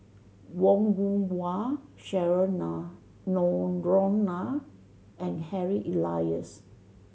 Wong Yoon Wah Cheryl Noronha and Harry Elias